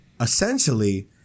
essentially